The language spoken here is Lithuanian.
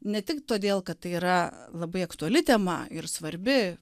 ne tik todėl kad tai yra labai aktuali tema ir svarbi